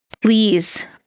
Please